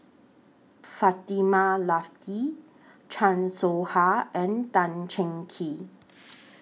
Fatimah Lateef Chan Soh Ha and Tan Cheng Kee